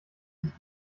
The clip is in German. sich